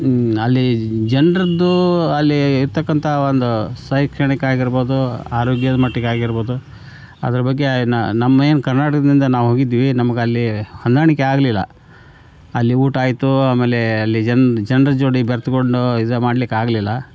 ಅಲ್ಲಿ ಜನರದ್ದು ಅಲ್ಲಿ ಇರತಕ್ಕಂತ ಒಂದು ಶೈಕ್ಷಣಿಕ ಆಗಿರ್ಬೋದು ಆರೋಗ್ಯದ ಮಟ್ಟಿಗಾಗಿರ್ಬೋದು ಅದ್ರ ಬಗ್ಗೆ ನಮ್ಮ ಏನು ಕರ್ನಾಟಕದಿಂದ ನಾವು ಹೋಗಿದ್ವಿ ನಮಗಲ್ಲಿ ಹೊಂದಾಣಿಕೆ ಆಗಲಿಲ್ಲ ಅಲ್ಲಿ ಊಟ ಆಯಿತು ಆಮೇಲೆ ಅಲ್ಲಿ ಜನ ಜನ್ರು ಜೋಡಿ ಬೆರೆತುಕೊಂಡು ಇದು ಮಾಡಲಿಕ್ಕಾಗ್ಲಿಲ್ಲ